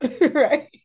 Right